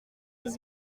les